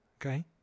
okay